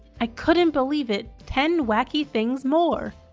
i couldn't believe it. ten wacky things more!